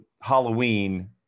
Halloween